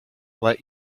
let